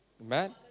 Amen